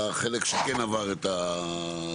כן,